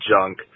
junk